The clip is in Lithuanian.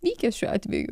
vykęs šiuo atveju